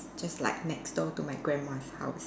just like next door to my grandma's house